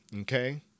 okay